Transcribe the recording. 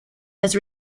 has